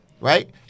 right